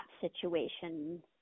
situation